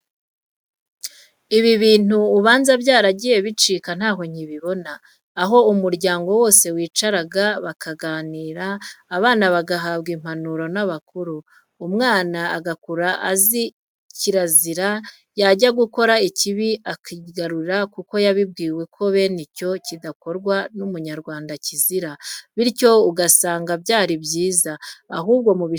Ibi bintu ubanza byaragiye bicika ntaho nkibibona, aho umuryango wose wicaraga bakaganira, abana bagahabwa impanuro n'abakuru, umwana agakura azi kirazira, yajya gukora ikibi akigarura kuko yabibwiwe ko bene icyo kidakorwa n'Umunyarwanda kizira, bityo ugasanga byari byiza. Ahubwo mubishimangire bibe umuco.